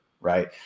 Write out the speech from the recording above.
right